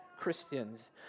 Christians